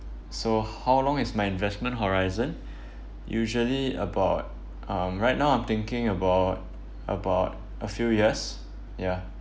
so how long is my investment horizon usually about um right now I'm thinking about about a few years ya